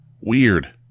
weird